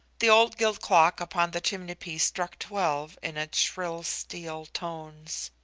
the old gilt clock upon the chimney-piece struck twelve in its shrill steel tones.